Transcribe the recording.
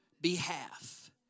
behalf